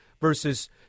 versus